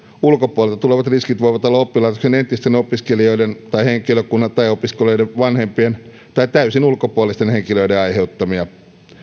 ulkopuolelta tulevat riskit voivat olla oppilaitoksen entisten opiskelijoiden tai henkilökunnan tai opiskelijoiden vanhempien tai täysin ulkopuolisten henkilöiden aiheuttamia